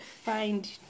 find